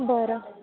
बरं